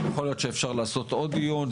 יכול להיות שאפשר לעשות עוד דיון,